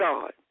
God